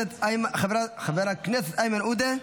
חבר הכנסת איימן עודה,